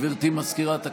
גברתי מזכירת הכנסת,